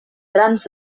trams